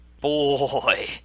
boy